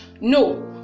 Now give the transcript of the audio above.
No